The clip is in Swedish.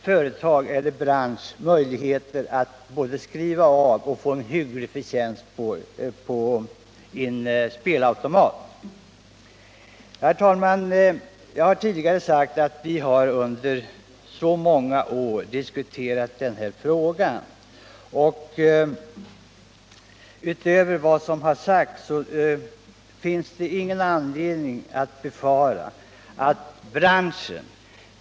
Företagen i branschen har haft möjligheter att både skriva av och få en hygglig förtjänst på en spelautomat. Herr talman! Jag har tidigare sagt att vi under många år har diskuterat denna fråga. Utöver vad som har sagts vill jag tillägga att det inte finns någon anledning till farhågor.